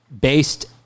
based